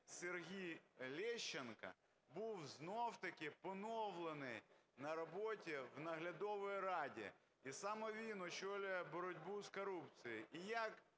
Сергій Лещенко був знову-таки поновлений на роботі в наглядовій раді, і саме він очолює боротьбу з корупцією?